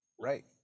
right